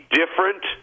different